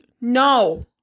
No